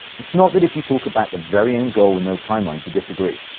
it's not that if you talk about the very end goal and no timelines you disagree.